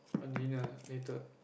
dinner later